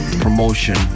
promotion